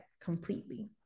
completely